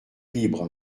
libre